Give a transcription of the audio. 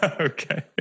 Okay